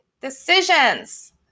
decisions